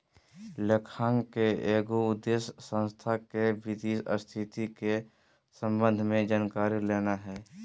लेखांकन के एगो उद्देश्य संस्था के वित्तीय स्थिति के संबंध में जानकारी लेना हइ